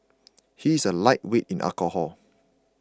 he is a lightweight in alcohol